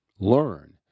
Learn